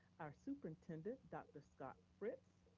our superintendent, dr. scott fritz.